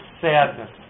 sadness